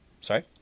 Sorry